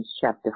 chapter